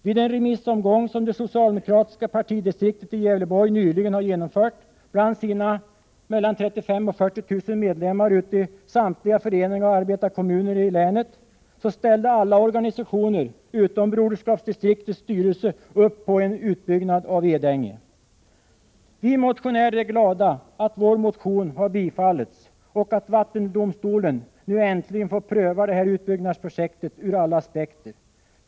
Vid en remissomgång som det socialdemokratiska partidistriktet i Gävleborg nyligen genomförde bland sina 35 000-40 000 medlemmar ute i samtliga föreningar och arbetarkommuner i länet ställde alla organisationer utom Broderskapsdistriktets styrelse upp på en utbyggnad av Edänge. Vi motionärer är glada över att vår motion har tillstyrkts och att vattendomstolen äntligen får pröva det här utbyggnadsprojektet ur alla aspekter.